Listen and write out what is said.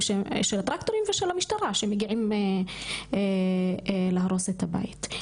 ושל המשטרה שמגיעים להרוס את הבית.